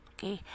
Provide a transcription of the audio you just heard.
Okay